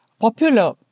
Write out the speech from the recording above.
popular